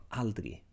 aldrig